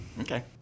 Okay